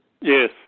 Yes